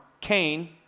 Cain